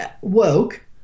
woke